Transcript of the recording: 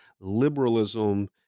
liberalism